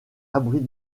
abrite